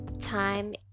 time